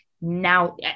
now